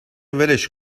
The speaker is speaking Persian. ولش